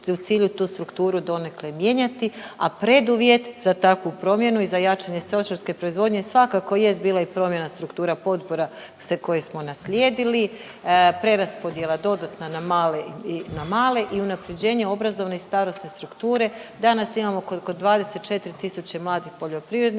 u cilju tu strukturu donekle mijenjati, a preduvjet za takvu promjenu i za jačanje stočarske proizvodnje je svakako jest bila i promjena struktura potpora, sve koje smo naslijedili. Preraspodjela dodatna na male i na male i unaprjeđenje obrazovne i starosne strukture, danas imamo oko 24 tisuće mladih poljoprivrednika,